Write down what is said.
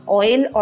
oil